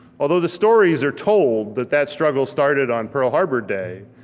although the stories are told that that struggle started on pearl harbor day,